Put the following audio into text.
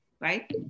right